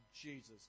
Jesus